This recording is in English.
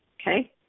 okay